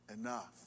enough